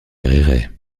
rirait